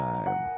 Time